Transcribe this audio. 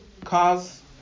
cause